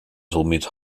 somit